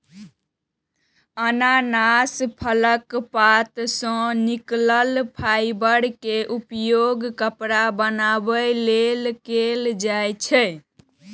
अनानास फलक पात सं निकलल फाइबर के उपयोग कपड़ा बनाबै लेल कैल जाइ छै